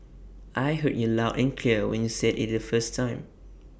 I heard you loud and clear when you said IT the first time